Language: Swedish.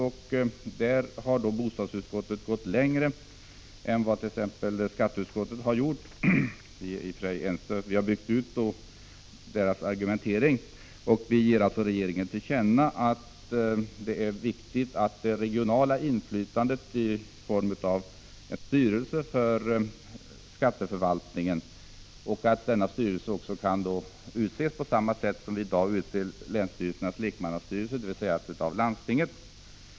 På det området har bostadsutskottet gått längre än vad t.ex. skatteutskottet gjort. Vi har bytt ut skatteutskottets argumentering och föreslår att riksdagen ger regeringen till känna att det är viktigt med ett regionalt inflytande i form av en styrelse för skatteförvaltningen, och att denna styrelse kan utses på samma sätt som man i dag utser länsstyrelsernas lekmannastyrelser på, dvs. av landstinget.